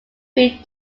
free